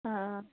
آ